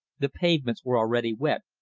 the pavements were already wet,